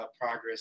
progress